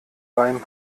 beim